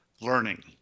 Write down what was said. learning